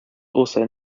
also